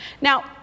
Now